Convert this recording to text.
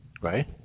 right